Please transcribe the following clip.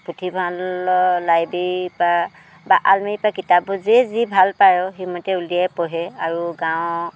পুথিভঁৰালৰ লাইব্ৰেৰীৰ পৰা বা আলমাৰিৰ পৰা কিতাপবোৰ যেই যি ভাল পাই আৰু সেইমতে উলিয়াই পঢ়ে আৰু গাঁৱৰ